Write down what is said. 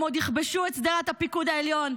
הם עוד יכבשו את שדרת הפיקוד העליון,